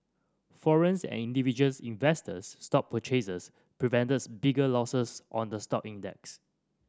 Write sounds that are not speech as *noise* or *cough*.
foreign *unintelligible* and individuals investors stock purchases prevents bigger losses on the stock index